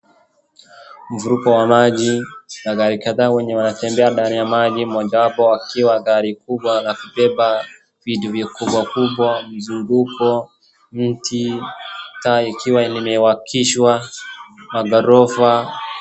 Mfuriko wa maji, magari kadhaa wenye yanatembea ndani ya maji mojawapo akiwa gari kubwa la kubwa vitu kubwa kubwa, mzunguko, mti, taa likiwa limewakishwa, maghorofa.